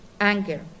anger